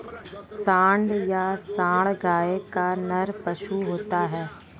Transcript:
सांड या साँड़ गाय का नर पशु होता है